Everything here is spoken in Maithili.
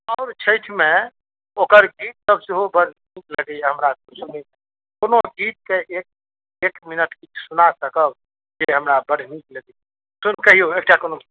आओर छठिमे ओकर गीत सब सेहो बड़ नीक लगैए हमरा सुनैमे कोनो गीतके एक एक मिनट की सुना सकब जे हमरा बड्ड नीक लगैए सुर कहियो एक टा कोनो